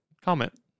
comment